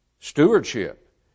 Stewardship